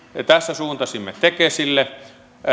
tässä suuntasimme tekesille